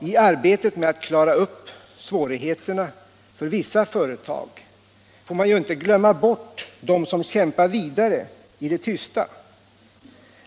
I arbetet med att klara upp svårigheterna för vissa företag får vi inte glömma dem som kämpar vidare i det tysta.